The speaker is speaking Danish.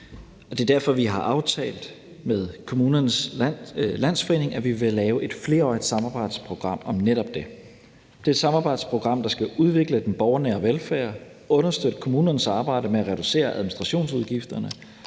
Det er derfor, vi har aftalt med Kommunens Landsforening, at vi vil lave et flerårigt samarbejdsprogram om netop det. Det er et samarbejdsprogram, der skal udvikle den borgernære velfærd, understøtte kommunernes arbejde med at reducere administrationsudgifterne